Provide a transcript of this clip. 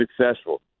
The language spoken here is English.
successful